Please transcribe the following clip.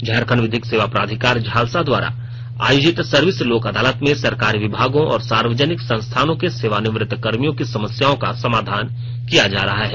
झारखंड विधिक सेवा प्राधिकार झालसा द्वारा आयोजित सर्विस लोक अदालत में सरकारी विभागों और सार्वजनिक संस्थानों के सेवानिवृत कर्मियों की समस्याओं का समाधान किया जा रहा है